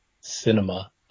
cinema